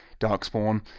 Darkspawn